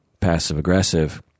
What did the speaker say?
passive-aggressive